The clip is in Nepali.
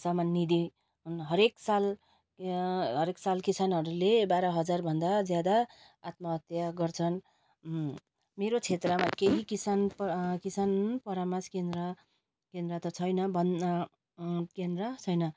समाननिधि हुन् हरेक साल हरेक साल किसानहरूले बाह्र हजारभन्दा ज्यादा आत्महत्या गर्छन् मेरो क्षेत्रमा केही किसान परा किसाान परामर्श केन्द्र केन्द्र त छैन बन केन्द्र छैन